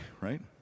right